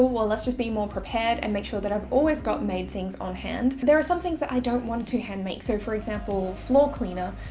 cool. well, let's just be more prepared and make sure that i've always gotten made things on hand. there are some things that i don't want to hand make. so for example, floor cleaner,